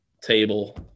table